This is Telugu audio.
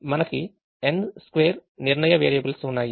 అక్కడ మనకి n2 నిర్ణయ వేరియబుల్స్ ఉన్నాయి